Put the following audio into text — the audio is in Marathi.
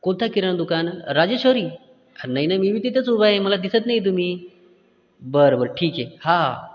कोणता किराणा दुकान राजेश्वरी नाही नाही मी बी तिथंच उभा आहे मला दिसत नाही आहे तुम्ही बरं बरं ठीक आहे हा हा